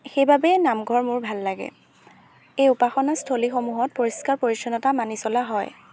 সেইবাবে নামঘৰ মোৰ ভাল লাগে এই উপাসনা স্থলীসমূহত পৰিষ্কাৰ পৰিচ্ছন্নতা মানি চলা হয়